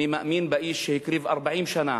אני מאמין באיש, שהקריב 40 שנה